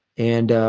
and